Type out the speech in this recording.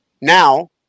Now